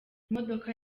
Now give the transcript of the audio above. imodoka